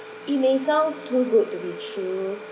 it may sounds too good to be true